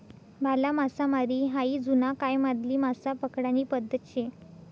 भाला मासामारी हायी जुना कायमाधली मासा पकडानी पद्धत शे